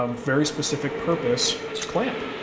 um very specific purpose clamp.